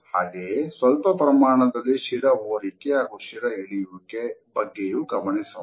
ಹಾಗೆಯೇ ಸ್ವಲ್ಪ ಪ್ರಮಾಣದಲ್ಲಿ ಶಿರ ಓರಿಕೆ ಹಾಗೂ ಶಿರಾ ಇಳಿಯುವಿಕೆ ಬಗ್ಗೆಯೂ ಗಮನಿಸೋಣ